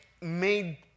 made